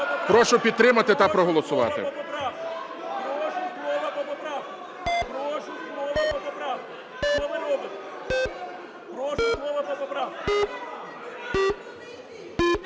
Прошу підтримати та проголосувати.